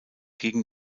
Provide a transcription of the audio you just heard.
gegen